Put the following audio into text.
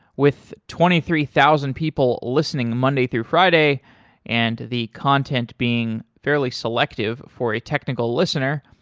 with twenty three thousand people listening monday through friday and the content being fairly selective for a technical listener,